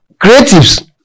Creatives